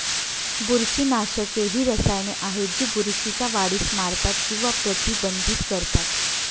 बुरशीनाशके ही रसायने आहेत जी बुरशीच्या वाढीस मारतात किंवा प्रतिबंधित करतात